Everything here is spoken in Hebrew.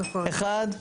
אחת,